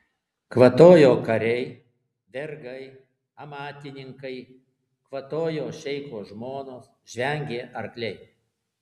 kvatojo kariai vergai amatininkai kvatojo šeicho žmonos žvengė arkliai